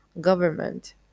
government